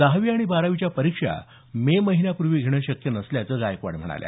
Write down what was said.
दहावी आणि बारावीच्या परीक्षा मे महिन्यापूर्वी घेणं शक्य नसल्याचं गायकवाड म्हणाल्या